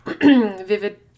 vivid